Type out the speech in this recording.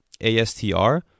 ASTR